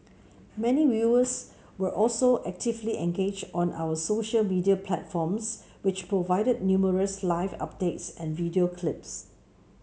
many viewers were also actively engaged on our social media platforms which provided numerous live updates and video clips